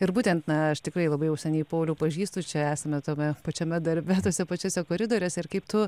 ir būtent na aš tikrai labai jau seniai paulių pažįstu čia esame tame pačiame darbe tuose pačiuose koridoriuose ir kaip tu